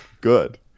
good